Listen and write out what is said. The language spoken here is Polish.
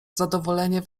zadowolenie